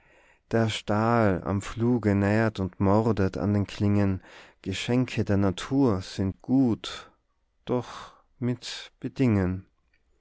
der stahl am fluge nährt und mordet an den klingen geschenke der natur sind gut doch mit bedingen